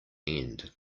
end